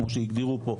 כמו שהגדירו פה,